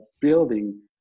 building